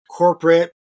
corporate